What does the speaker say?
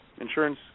insurance